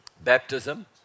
baptism